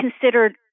considered